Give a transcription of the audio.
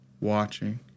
watching